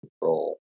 control